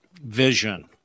vision